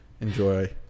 Enjoy